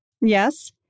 Yes